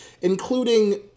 including